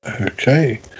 Okay